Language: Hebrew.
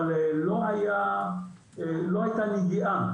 אבל לא הייתה נגיעה,